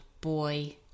boy